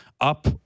up